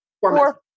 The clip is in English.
four